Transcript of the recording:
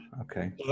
okay